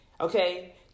Okay